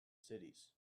cities